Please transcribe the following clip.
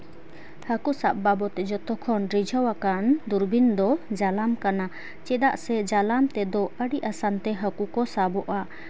ᱦᱟᱹᱠᱩ ᱥᱟᱵ ᱵᱟᱵᱚᱫ ᱡᱚᱛᱚ ᱠᱷᱚᱱ ᱨᱤᱡᱷᱟᱹᱣ ᱟᱠᱟᱱ ᱫᱩᱨᱵᱤᱱ ᱫᱚ ᱡᱟᱞᱟᱢ ᱠᱟᱱᱟ ᱪᱮᱫᱟᱜ ᱥᱮ ᱡᱟᱞᱟᱢ ᱛᱮᱫᱚ ᱟᱹᱰᱤ ᱟᱥᱟᱱ ᱛᱮ ᱦᱟᱹᱠᱩ ᱠᱚ ᱥᱟᱵᱚᱜᱼᱟ